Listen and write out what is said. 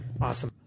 Awesome